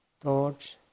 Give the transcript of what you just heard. thoughts